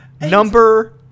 Number